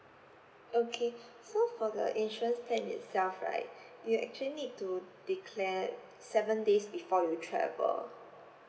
okay so for the insurance plan itself right you actually need to declare seven days before you travel